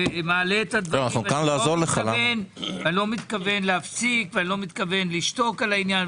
אני לא מתכוון להפסיק, לא מתכוון לשתוק על העניין.